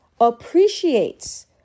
appreciates